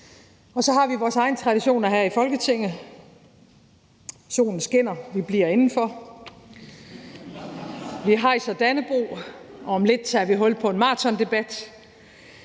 Så har vi vores egne traditioner her i Folketinget. Solen skinner, og vi bliver indenfor, vi hejser Dannebrog, og om lidt tager vi hul på en maratondebat,